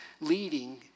leading